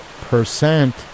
percent